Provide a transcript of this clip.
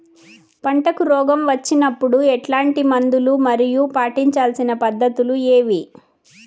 పంటకు రోగం వచ్చినప్పుడు ఎట్లాంటి మందులు మరియు పాటించాల్సిన పద్ధతులు ఏవి?